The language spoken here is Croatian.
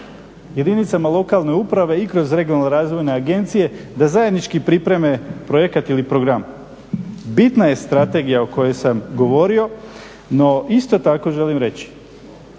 jedinicama lokalne uprave i kroz regionalne razvojne agencije da zajednički pripreme projekat ili program. Bitna je strategija o kojoj sam govorio. No isto tako želim reći.